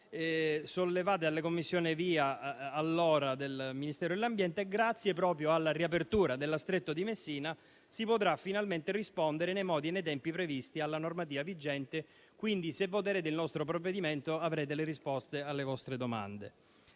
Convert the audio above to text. sollevate dalla commissione VIA dell'allora Ministero dell'ambiente, grazie proprio alla riapertura della Stretto di Messina si potrà finalmente rispondere nei modi e nei tempi previsti dalla normativa vigente. Se pertanto voterete il nostro provvedimento, avrete le risposte alle vostre domande.